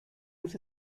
los